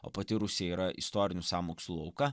o pati rusija yra istorinių sąmokslo auka